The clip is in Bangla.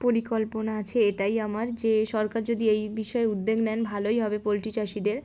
পরিকল্পনা আছে এটাই আমার যে সরকার যদি এই বিষয়ে উদ্যোগ নেন ভালোই হবে পোলট্রি চাষিদের